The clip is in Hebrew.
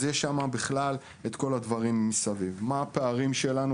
אז מה הפערים שלנו?